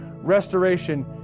restoration